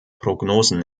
prognosen